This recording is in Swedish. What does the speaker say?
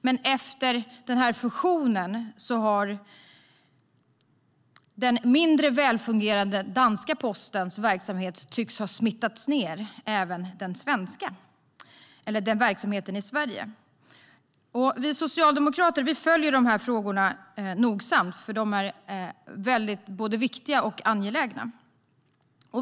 Men efter fusionen tycks den mindre välfungerande danska postens verksamhet ha smittat ned även verksamheten i Sverige. Vi socialdemokrater följer frågorna nogsamt, för de är både viktiga och angelägna.